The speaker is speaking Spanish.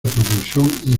propulsión